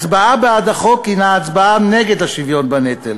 הצבעה בעד החוק היא הצבעה נגד השוויון בנטל.